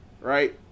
right